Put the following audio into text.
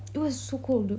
it was so cold dude